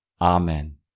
Amen